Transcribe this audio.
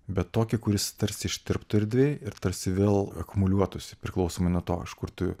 bet tokį kuris tarsi ištirptų erdvėj ir tarsi vėl akumuliuotųsi priklausomai nuo to iš kur tu